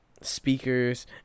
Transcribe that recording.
speakers